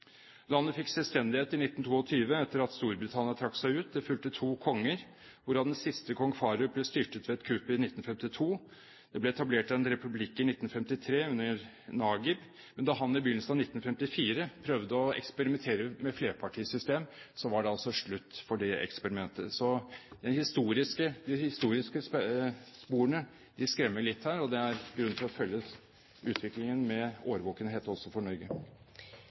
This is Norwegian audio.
Landet fikk selvstendighet i 1922, etter at Storbritannia trakk seg ut. Det fulgte to konger, hvorav den siste – kong Farouk – ble styrtet ved kupp i 1952. Det ble etablert en republikk i 1953 under Naguib, men da han i begynnelsen av 1954 prøvde å eksperimentere med flerpartisystem, var det altså slutt for det eksperimentet. De historiske sporene skremmer litt her, og det er grunn til følge utviklingen med årvåkenhet også for Norge.